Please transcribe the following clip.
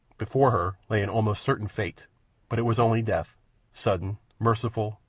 before her lay an almost certain fate but it was only death sudden, merciful,